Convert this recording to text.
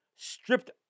stripped